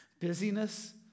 Busyness